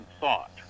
thought